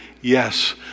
Yes